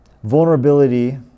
Vulnerability